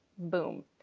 boom.